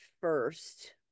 first